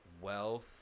wealth